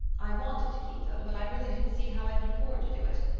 i wanted to keep them but i really didn't see how i could afford to do it,